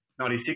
96